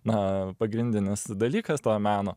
na pagrindinis dalykas to meno